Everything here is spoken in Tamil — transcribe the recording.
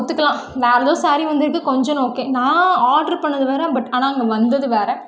ஒத்துக்கலாம் வேறு ஏதோ ஸேரீ வந்துருக்குது கொஞ்சண்டு ஓகே நான் ஆர்ட்ரு பண்ணிணது வேறு பட் ஆனால் அங்கே வந்தது வேறு